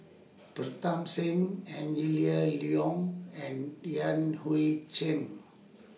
Pritam Singh Angela Liong and Yan Hui Chang